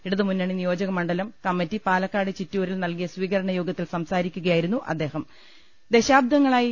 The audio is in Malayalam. ഇടതുമുന്നണി നിയോജകമണ്ഡലം കമ്മറ്റി പാലക്കാട് ചിറ്റൂരിൽ നൽകിയ സ്വീകരണ യോഗത്തിൽ സംസാരിക്കുകയായിരുന്നു അദ്ദേഹം ദശാബ്ദങ്ങളായി